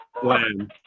plan